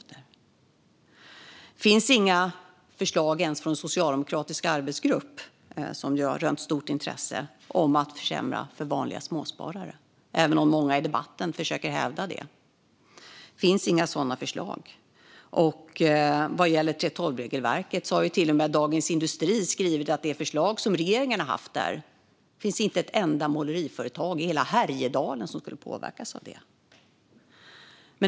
Det finns inga förslag ens från en socialdemokratisk arbetsgrupp, som ju rönt stort intresse, att försämra för vanliga småsparare även om många i debatten försöker hävda det. Det finns inte några sådana förslag. Vad gäller 3:12-regelverket har till och med Dagens industri skrivit om det förslag som regeringen har haft och att det inte finns ett enda måleriföretag i hela Härjedalen som skulle påverkas av det.